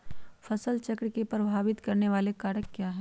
फसल चक्र को प्रभावित करने वाले कारक क्या है?